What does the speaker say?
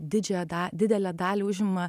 didžiąją da didelę dalį užima